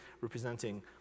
representing